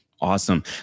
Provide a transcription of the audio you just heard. Awesome